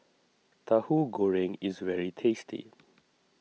Tahu Goreng is very tasty